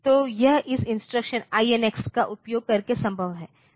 तो यह इस इंस्ट्रक्शन INX का उपयोग करके संभव है